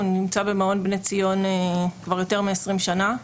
הוא נמצא במעון בני ציון כבר יותר מעשרים שנה.